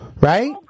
Right